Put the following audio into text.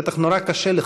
בטח נורא קשה לך.